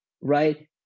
Right